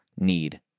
need